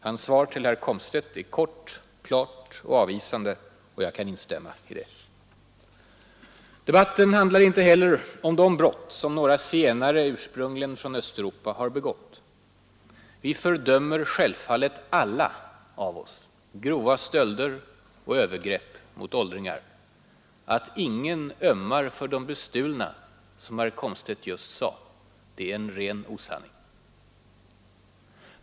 Hans svar till herr Komstedt är kort, klart och avvisande. Jag kan instämma i det. Debatten handlar inte heller om de brott som några zigenare, ursprungligen från Östeuropa, har begått. Vi fördömer självfallet alla av oss grova stölder och övergrepp mot åldringar. Att ingen ömmar för de bestulna, som herr Komstedt just sade, är en ren osanning.